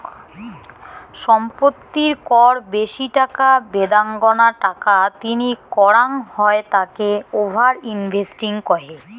সম্পত্তির কর বেশি টাকা বেদাঙ্গনা টাকা তিনি করাঙ হই তাকে ওভার ইনভেস্টিং কহে